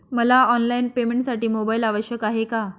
मला ऑनलाईन पेमेंटसाठी मोबाईल आवश्यक आहे का?